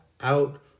out